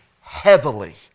heavily